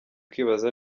kwibaza